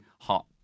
hot